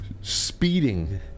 speeding